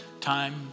time